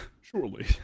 Surely